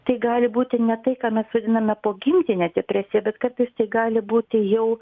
tai gali būti ne tai ką mes vadiname pogimdine depresija bet kartais tai gali būti jau